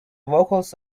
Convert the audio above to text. vocals